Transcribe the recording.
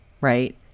right